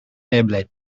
eble